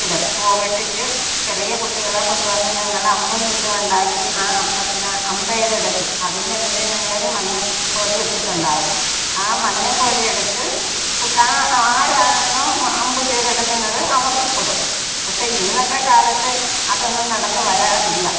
ഇടും പൂവിട്ടിട്ട് ചെറിയ കുട്ടികളെ കൊണ്ട് വന്ന് ഞങ്ങൾ അമ്പും വില്ലും ഉണ്ടാക്കി ആ അപ്പത്തിനെ അമ്പേയ്തെടുക്കും അതിന് മീതെ ഞങ്ങളൊരു മഞ്ഞ കൊടി വെച്ചിട്ടുണ്ടാവും ആ മഞ്ഞ കൊടി എടുത്ത് കു ആ ആരാണോ അമ്പ് ചെയ്തെടുക്കുന്നത് അവർക്ക് കൊടുക്കും പക്ഷേ ഇന്നത്തെ കാലത്ത് അതൊന്നും നടന്ന് വരാറില്ല